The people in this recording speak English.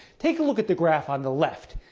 take a look at the graph on the left.